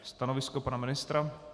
Stanovisko pana ministra?